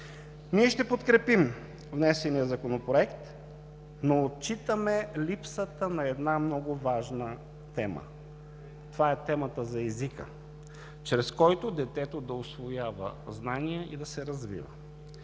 Ние ще подкрепим внесения Законопроект, но отчитаме липсата на една много важна тема – темата за езика, чрез който детето да усвоява знания и да се развива.